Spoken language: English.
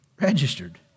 registered